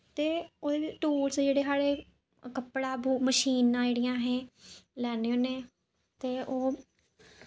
ते होर टूल्स जेह्ड़े साढ़े कपड़ा मशीनां जेह्ड़ियां असें लैन्ने होन्ने ते ओह्